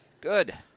Good